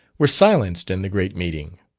were silenced in the great meeting.